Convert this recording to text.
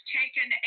taken